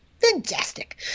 fantastic